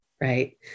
right